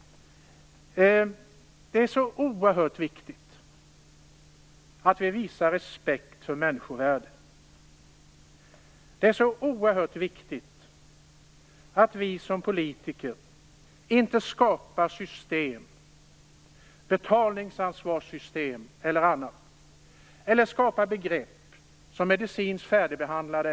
Det är så oerhört viktigt att man visar respekt för människovärdet och att vi som politiker inte skapar system - betalningsansvarighetssystem eller andra - eller skapar sådana begrepp som "medicinskt färdigbehandlad".